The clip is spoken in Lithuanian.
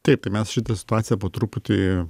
taip tai mes šitą situaciją po truputį